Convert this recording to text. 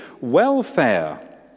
welfare